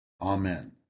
Amen